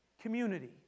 community